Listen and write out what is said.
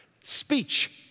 Speech